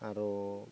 आरो